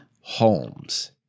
Holmes